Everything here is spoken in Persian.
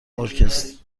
ارکستر